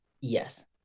Yes